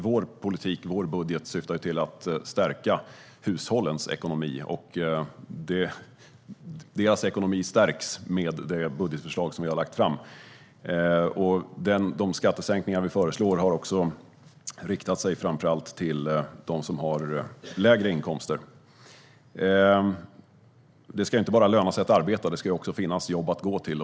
Vår politik och vår budget syftar till att stärka hushållens ekonomi, och deras ekonomi stärks med det budgetförslag som vi har lagt fram. De skattesänkningar som vi föreslår har också riktat sig framför allt till dem som har lägre inkomster. Det ska inte bara löna sig att arbeta - det ska också finnas jobb att gå till.